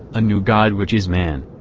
a new god which is man.